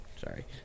sorry